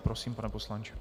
Prosím, pane poslanče.